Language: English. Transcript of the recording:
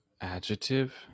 Adjective